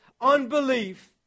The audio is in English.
unbelief